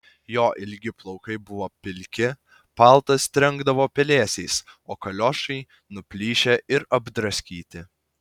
jo ilgi plaukai buvo pilki paltas trenkdavo pelėsiais o kaliošai buvo nuplyšę ir apdraskyti